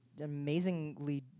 amazingly